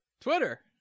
twitter